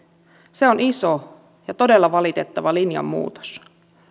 se on iso ja todella valitettava linjan muutos